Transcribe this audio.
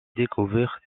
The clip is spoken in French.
découverte